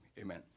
Amen